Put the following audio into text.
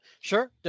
sure